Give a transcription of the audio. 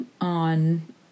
on